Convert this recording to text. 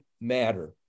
matter